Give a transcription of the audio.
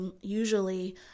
usually